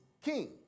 king